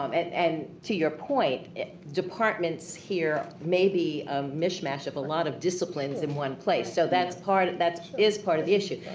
um and and to your point departments here maybe a mishmash of a lot of disciplines in one place so that's part. that is part of the issue.